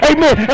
Amen